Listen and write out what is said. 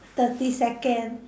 thirty second